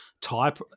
type